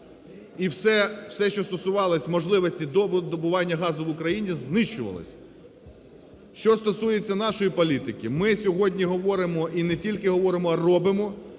все, що стосувалося можливості добування газу в Україні, знищувалося. Що стосується нашої політики, ми сьогодні говоримо, і не тільки говоримо, а робимо,